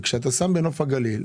אם אתה פועל בנוף הגליל,